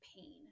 pain